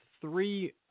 Three